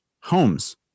homes